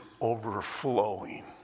overflowing